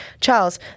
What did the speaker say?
charles